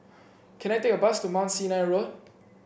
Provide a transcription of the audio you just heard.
can I take a bus to Mount Sinai Road